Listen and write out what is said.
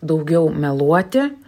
daugiau meluoti